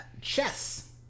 Chess